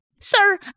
Sir